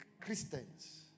Christians